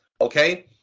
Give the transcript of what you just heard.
Okay